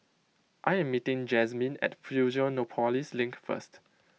I am meeting Jazmin at Fusionopolis Link first